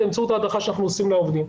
באמצעות ההדרכה שאנחנו עושים לעובדים.